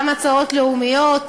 גם הצעות לאומיות,